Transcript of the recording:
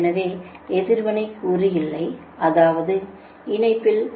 எனவே எதிர்வினை கூறு இல்லை அதாவது இணைப்பில் QSQR0